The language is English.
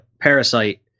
parasite